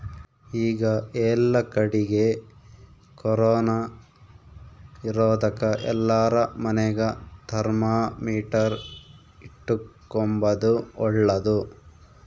ಈಗ ಏಲ್ಲಕಡಿಗೆ ಕೊರೊನ ಇರೊದಕ ಎಲ್ಲಾರ ಮನೆಗ ಥರ್ಮಾಮೀಟರ್ ಇಟ್ಟುಕೊಂಬದು ಓಳ್ಳದು